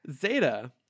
Zeta